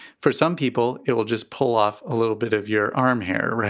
for some people, it will just pull off a little bit of your arm here.